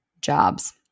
jobs